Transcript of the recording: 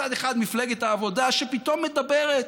מצד אחד מפלגת העבודה, שפתאום מדברת